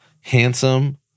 handsome